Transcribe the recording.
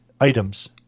items